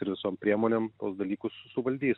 ir visom priemonėm tuos dalykus suvaldys